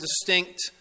distinct